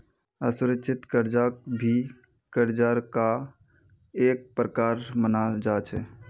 असुरिक्षित कर्जाक भी कर्जार का एक प्रकार मनाल जा छे